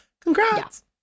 congrats